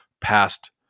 past